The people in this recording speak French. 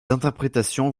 interprétations